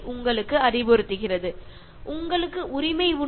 നിങ്ങൾക്ക് എല്ലാ അധികാരങ്ങളും ഉണ്ട്